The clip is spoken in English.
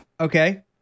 Okay